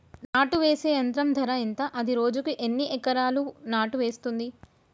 నాటు వేసే యంత్రం ధర ఎంత? అది రోజుకు ఎన్ని ఎకరాలు నాటు వేస్తుంది?